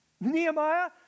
Nehemiah